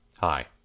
Hi